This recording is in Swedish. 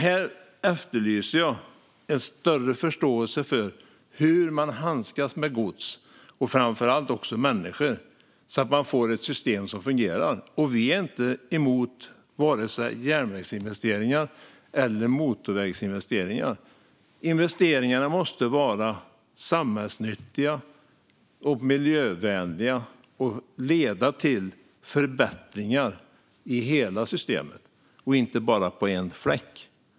Jag efterlyser en större förståelse för hur man handskas med gods och framför allt människor så att man får ett system som fungerar. Vi är varken emot järnvägsinvesteringar eller motorvägsinvesteringar, men investeringarna måste vara samhällsnyttiga och miljövänliga och leda till förbättringar i hela systemet och inte bara på en fläck.